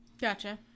Gotcha